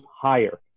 higher